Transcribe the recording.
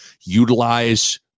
utilize